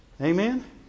Amen